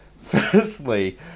firstly